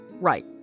Right